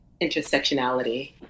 intersectionality